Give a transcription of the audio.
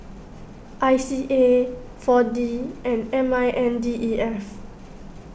I C A four D and M I N D E F